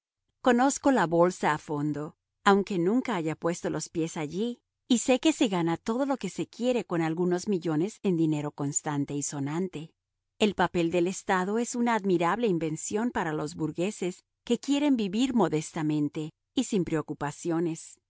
conozco la bolsa a fondo aunque nunca haya puesto los pies allí y sé que se gana todo lo que se quiere con algunos millones en dinero contante y sonante el papel del estado es una admirable invención para los burgueses que quieren vivir modestamente y sin preocupaciones